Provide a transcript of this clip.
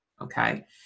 Okay